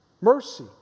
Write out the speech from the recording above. mercy